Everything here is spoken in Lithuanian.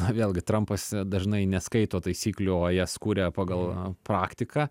na vėlgi trampas dažnai neskaito taisyklių o jas kuria pagal praktiką